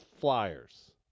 Flyers